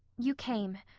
you came,